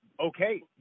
okay